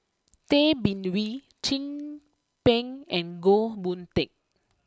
Tay Bin Wee Chin Peng and Goh Boon Teck